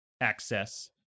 access